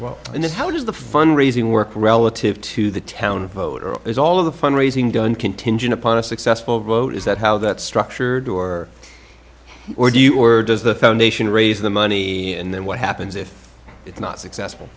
then how does the fund raising work relative to the town vote or is all of the fund raising done contingent upon a successful vote is that how that structured or or do you or does the foundation raise the money and then what happens if it's not successful